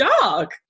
dog